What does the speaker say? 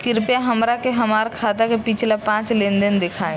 कृपया हमरा के हमार खाता के पिछला पांच लेनदेन देखाईं